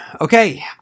okay